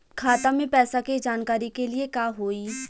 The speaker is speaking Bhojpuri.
खाता मे पैसा के जानकारी के लिए का होई?